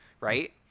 Right